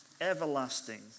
everlasting